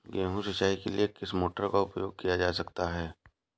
गेहूँ सिंचाई के लिए किस मोटर का उपयोग किया जा सकता है?